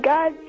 God